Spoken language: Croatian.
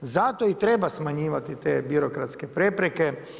Zato i treba smanjivati te birokratske prepreke.